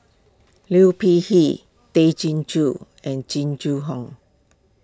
Liu Peihe Tay Chin Joo and Jing Jun Hong